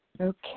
Okay